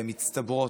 ומצטברות,